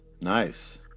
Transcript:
Nice